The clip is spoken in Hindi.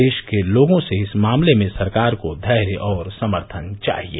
देश के लोगों से इस मामले में सरकार को धैर्य और समर्थन चाहिये